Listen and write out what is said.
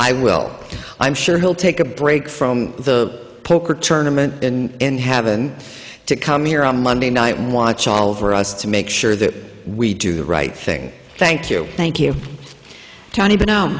i will i'm sure he'll take a break from the poker tournament and have and to come here on monday night watch all over us to make sure that we do the right thing thank you thank you tony